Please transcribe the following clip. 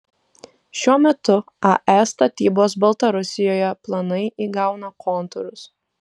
šiuo metu ae statybos baltarusijoje planai įgauna kontūrus